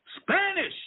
Spanish